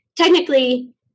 technically